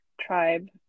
tribe